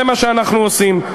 זה מה שאנחנו עושים.